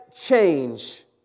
change